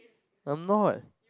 I'm not